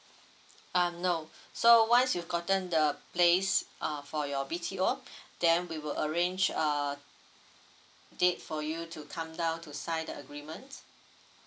um no so once you've gotten the place uh for your B_T_O then we will arrange a date for you to come down to sign the agreement